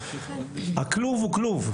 הכלוב הוא כלוב.